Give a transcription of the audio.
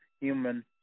human